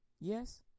yes